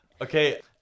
Okay